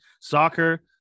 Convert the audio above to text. soccer